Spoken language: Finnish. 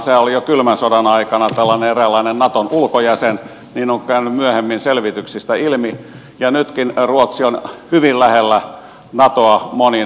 sehän oli jo kylmän sodan aikana tällainen eräänlainen naton ulkojäsen niin on käynyt myöhemmin selvityksistä ilmi ja nytkin ruotsi on hyvin lähellä natoa monin monin tavoin